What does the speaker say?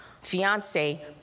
Fiance